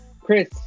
Chris